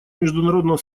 международного